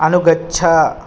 अनुगच्छ